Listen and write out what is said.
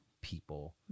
people